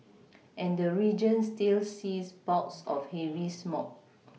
and the region still sees bouts of heavy smog